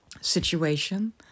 situation